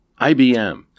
IBM